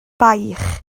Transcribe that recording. baich